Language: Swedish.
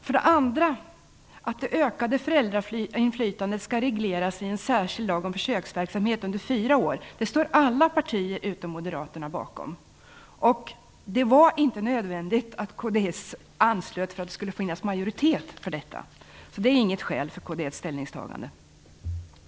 För det andra skall det ökade föräldrainflytandet regleras i en särskild lag om försöksverksamhet under fyra år. Detta står alla partier utom Moderaterna bakom. Det var inte nödvändigt av kds att ansluta sig för att det skulle bli majoritet för detta förslag. Det är inget skäl för kds ställningstagande.